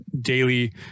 daily